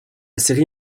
série